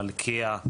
מלכיה,